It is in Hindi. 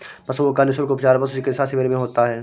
पशुओं का निःशुल्क उपचार पशु चिकित्सा शिविर में होता है